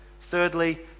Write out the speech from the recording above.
thirdly